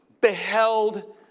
beheld